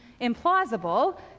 implausible